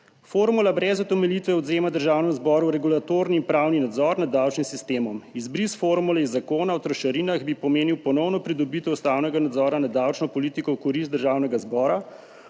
Formula brez utemeljitve odvzema Državnemu zboru regulatorni pravni nadzor nad davčnim sistemom. Izbris formule iz Zakona o trošarinah bi pomenil ponovno pridobitev ustavnega nadzora nad davčno politiko v korist Državnega zbora,